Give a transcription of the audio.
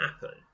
happen